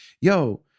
yo